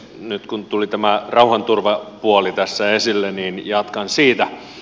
nyt kun tuli tämä rauhanturvapuoli tässä esille niin jatkan siitä